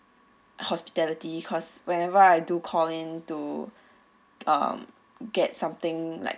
hospitality because whenever I do call in to um get something like